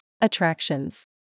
attractions